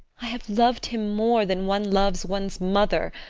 i have loved him more than one loves one's mother.